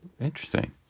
Interesting